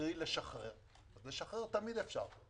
קרי לשחרר לשחרר תמיד אפשר,